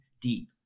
deep